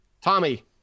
Tommy